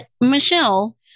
Michelle